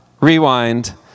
Rewind